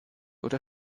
oder